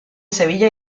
sevilla